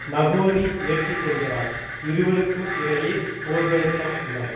நகோரி ஏற்றுக்கொள்கிறார் இருவருக்கும் இடையே போர் நிறுத்தம் உள்ளது